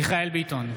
מיכאל מרדכי ביטון,